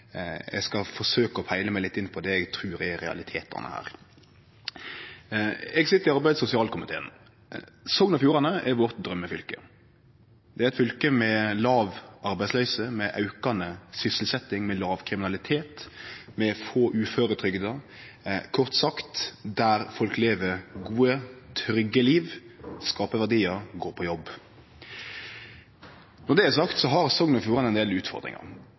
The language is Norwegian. Eg skal forsøke å peile meg litt inn på det eg trur er realitetane her. Eg sit i arbeids- og sosialkomiteen. Sogn og Fjordane er drøymefylket vårt. Det er eit fylke med låg arbeidsløyse, med aukande sysselsetjing, med låg kriminalitet, med få som er uføretrygda – kort sagt: der folk lever gode, trygge liv, skapar verdiar, går på jobb. Når det er sagt, så har Sogn og Fjordane ein del utfordringar.